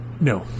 No